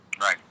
Right